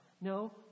No